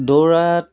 দৌৰাত